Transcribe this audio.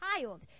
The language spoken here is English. child